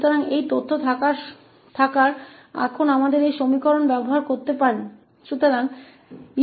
तो यह जानकारी होने पर अब हम इस समीकरण में उपयोग कर सकते हैं